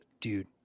dude